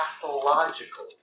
pathological